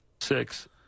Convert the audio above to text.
Six